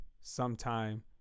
sometime